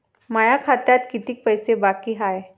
माया खात्यात कितीक पैसे बाकी हाय?